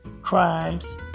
crimes